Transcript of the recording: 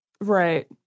Right